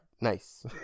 nice